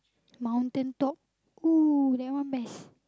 mountain top !woo! that one best